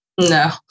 No